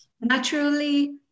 Naturally